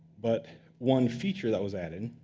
but one feature that was added,